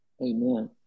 Amen